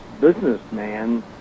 businessman